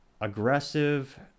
aggressive